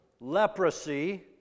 leprosy